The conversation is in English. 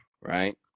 right